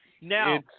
Now